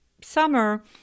summer